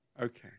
Okay